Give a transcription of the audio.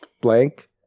blank